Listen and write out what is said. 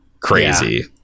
crazy